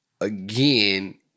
again